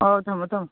ꯑꯣ ꯊꯝꯃꯣ ꯊꯝꯃꯣ